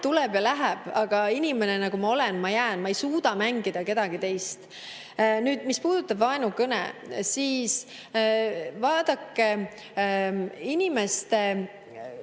tuleb ja läheb, aga inimeseks, nagu ma olen, ma jään, ma ei suuda mängida kedagi teist. Mis puudutab vaenukõnet, siis vaadake, inimestel